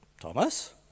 Thomas